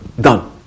Done